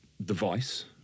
device